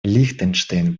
лихтенштейн